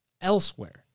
elsewhere